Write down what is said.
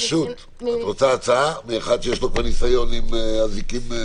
את רוצה הצעה מאחד שכבר יש לו ניסיון עם אזיקים?